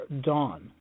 dawn